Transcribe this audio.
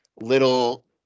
little